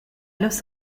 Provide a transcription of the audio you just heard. los